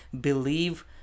believe